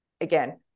again